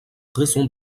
raison